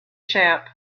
chap